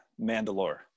Mandalore